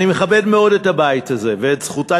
אני מכבד מאוד את הבית הזה ואת זכותה